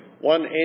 one